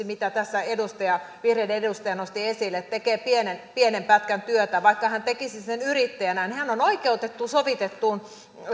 mitä tässä vihreiden edustaja nosti esille tekee pienen pienen pätkän työtä vaikka hän tekisi sen yrittäjänä niin hän on oikeutettu soviteltuun